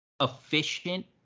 efficient